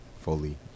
fully